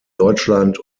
deutschland